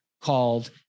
called